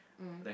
mm